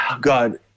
God